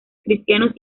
cristianos